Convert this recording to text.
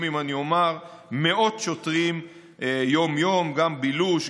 אם אני אומר שפועלים מאות שוטרים יום-יום: גם בילוש,